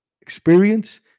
experience